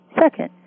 second